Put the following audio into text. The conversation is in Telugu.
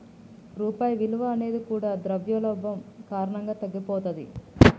రూపాయి విలువ అనేది కూడా ద్రవ్యోల్బణం కారణంగా తగ్గిపోతది